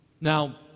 Now